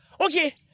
Okay